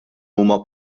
huma